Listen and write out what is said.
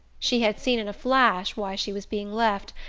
she had seen in a flash why she was being left,